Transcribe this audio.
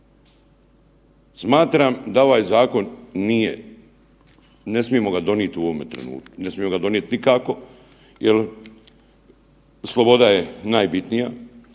Smatram da ovaj zakon nije, ne smijemo ga donijeti u ovome trenutku, ne smijemo ga donijeti nikako jer sloboda je najbitnija,